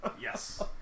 Yes